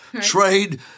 trade